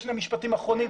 שני משפטים אחרונים.